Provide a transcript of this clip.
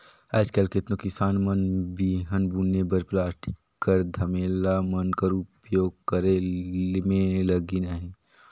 आएज काएल केतनो किसान मन बीहन बुने बर पलास्टिक कर धमेला मन कर उपियोग करे मे लगिन अहे